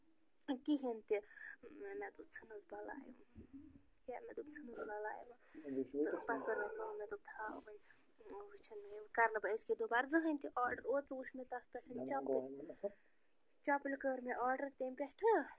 کِہیٖنۍ تہِ مےٚ دوٚپ ژٕھنُس بَلاے کیٛاہ مےٚ دوٚپ ژٕھنُس بَلاے وۄنۍ تہٕ پتہٕ کٔر مےٚ کٲم مےٚ دوٚپ تھاو وَنہِ وۄنۍ چھَنہٕ مےٚ یِم کرٕ نہٕ بہٕ أزکہِ دُبار زٕہۭنۍ تہِ آرڈر اوترٕ وُچھِ مےٚ تتھ پٮ۪ٹھ چپٕنۍ چپٕنۍ کٔر مےٚ آرڈر تَمہِ پٮ۪ٹھٕ